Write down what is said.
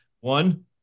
One